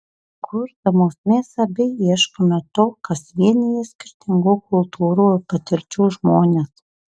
kurdamos mes abi ieškome to kas vienija skirtingų kultūrų ir patirčių žmones